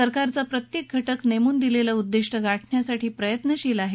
सरकारचा प्रत्येक घटक नेमून दिलेलं उद्दिष्ट गाठण्यासाठी प्रयत्नशील आहे